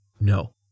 No